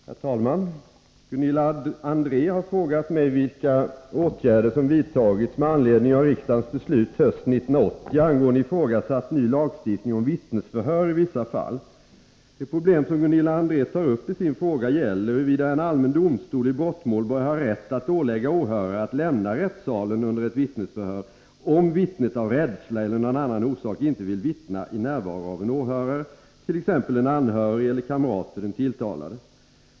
Herr talman! Gunilla André har frågat mig vilka åtgärder som vidtagits med anledning av riksdagens beslut hösten 1980 angående ifrågasatt ny lagstiftning om vittnesförhör i vissa fall. Det problem som Gunilla André tar upp i sin fråga gäller huruvida en allmän domstol i brottmål bör ha rätt att ålägga åhörare att lämna rättssalen under ett vittnesförhör, om vittnet av rädsla eller av någon annan orsak inte vill vittna i närvaro av en åhörare, t.ex. en anhörig eller kamrat till den tilltalade.